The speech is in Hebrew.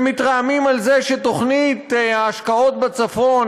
שמתרעמים על זה שתוכנית ההשקעות בצפון,